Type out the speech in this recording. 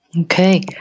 Okay